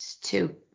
Two